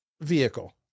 vehicle